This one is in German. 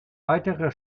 weiterer